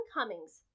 Cummings